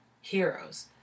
heroes